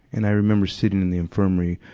and i remember sitting in the infirmary,